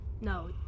No